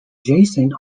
jason